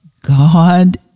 God